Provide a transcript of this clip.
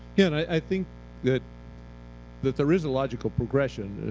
yeah and i think that that there is a logical progression.